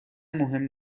مهم